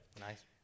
Nice